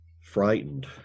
frightened